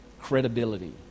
credibility